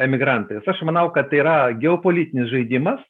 emigrantais aš manau kad tai yra geopolitinis žaidimas